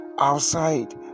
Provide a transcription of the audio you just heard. outside